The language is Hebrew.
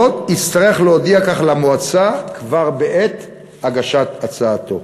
יצטרך להודיע על כך למועצה כבר בעת הגשת הצעתו.